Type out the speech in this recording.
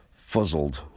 fuzzled